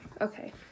Okay